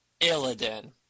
Illidan